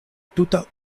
tuta